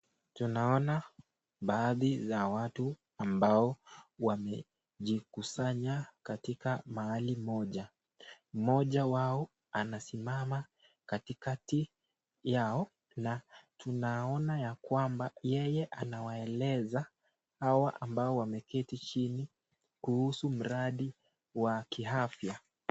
Tunaona Baadhi za watu ambao wamejikusanya katika mahali Moja, Mmoja wao anasimama katikati yao na tunaona ya kwamba yeye anawaekeza Hawa ambao wameketi chini kuhusu mradi wa kiafya.